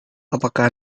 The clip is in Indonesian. apakah